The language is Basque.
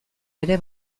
ere